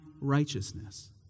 righteousness